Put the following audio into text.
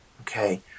Okay